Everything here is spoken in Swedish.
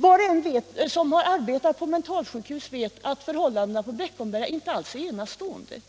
Var och en som har arbetat på mentalsjukhus vet att förhållandena på Beckomberga inte är enastående.